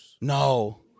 No